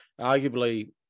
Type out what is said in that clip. arguably